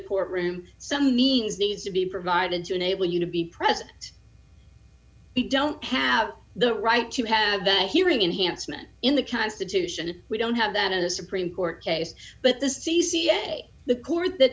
courtroom some means needs to be provided to enable you to be present we don't have the right to have the hearing enhanced meant in the constitution we don't have that in a supreme court case but the c c a the court that